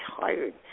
tired